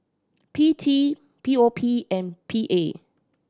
P T P O P and P A